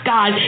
God